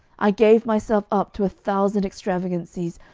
i gave myself up to a thousand extravagancies.